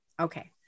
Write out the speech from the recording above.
Okay